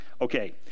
okay